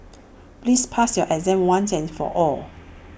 please pass your exam once and for all